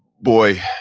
boy,